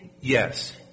Yes